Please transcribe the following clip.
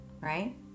right